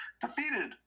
defeated